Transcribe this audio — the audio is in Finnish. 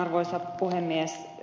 arvoisa puhemies